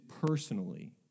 personally